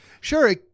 Sure